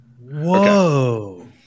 Whoa